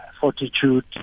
fortitude